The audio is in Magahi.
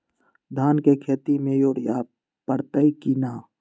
धान के खेती में यूरिया परतइ कि न?